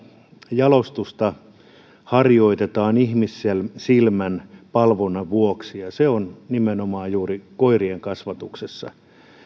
jalostusta harjoitetaan ihmissilmän palvonnan vuoksi nimenomaan juuri koirien kasvatuksessa